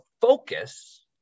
focus